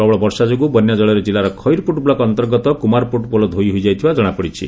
ପ୍ରବଳ ବର୍ଷା ଯୋଗୁଁ ବନ୍ୟାଜଳରେ ଜିଲ୍ଲାର ଖଇରପୁଟ ବ୍ଲକ ଅନ୍ତର୍ଗତ କୁମାରପୁଟ ପୋଲ ଧୋଇ ହୋଇଯାଇଥିବା ଜଣାପଡ଼ିଛି